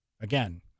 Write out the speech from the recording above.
again